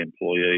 employee